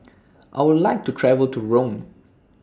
I Would like to travel to Rome